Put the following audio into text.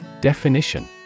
Definition